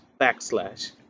backslash